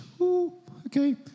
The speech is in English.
Okay